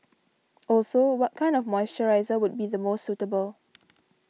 also what kind of moisturiser would be the most suitable